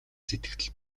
сэтгэгдэл